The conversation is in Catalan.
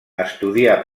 estudià